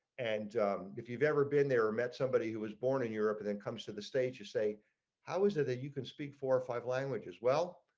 and if you've ever been there met somebody who was born in europe and in comes to the stage to say how is it that you can speak for five languages well.